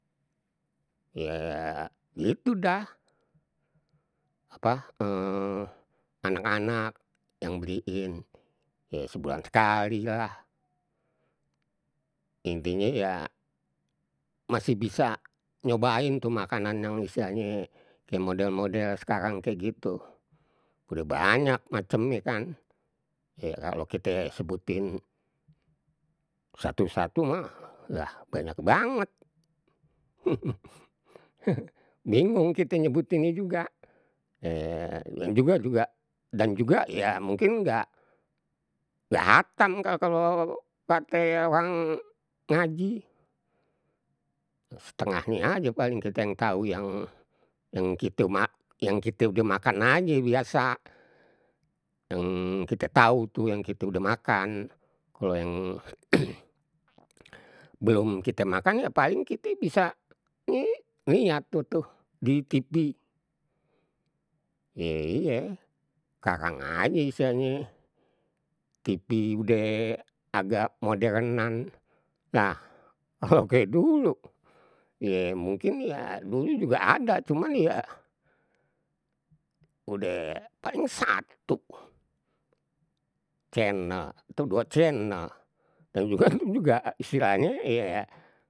Ya gitu dah, apa anak anak yang beri in ye sebulan sekali lah, intinye ya masih bisa nyobain tuh makanan yang istilahnye, kaya model model sekarang kaya gitu, udah banyak macamnye kan, ya kalau kite sebutin satu satu mah, lah banyak banget bingung kite nyebutinnye juga, dan juga juga, dan juga ya mungkin nggak nggak hatam kalau kate orang ngaji, setengahnye aje paling kite yang tau yang, yang kite mak, yang kite udah makan aje biasa, yang kite tau tuh yang kite udah makan, kalau yang belum kite makan ya paling kite bisa, nih ngliat tuh, di tipi ye iye, karang aja istilahnye, tipi udeh agak moderan, nah kalau kaya dulu, ye mungkin ya dulu juga ada, cuma ya udeh paling satu, channel, atau dua channel, dan juga itu juga istilahnye.